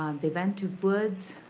um they went to woods,